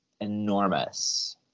enormous